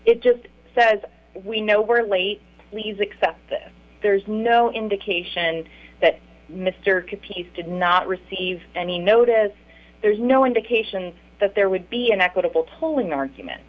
it just says we know we're late please accept this there's no indication that mr capece did not receive any notice there's no indication that there would be an equitable tolling argument